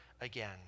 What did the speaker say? again